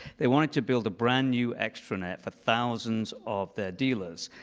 they wanted to build a brand new extranet for thousands of their dealers.